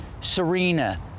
Serena